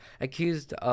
accused